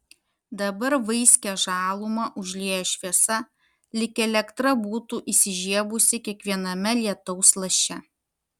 dabar vaiskią žalumą užlieja šviesa lyg elektra būtų įsižiebusi kiekviename lietaus laše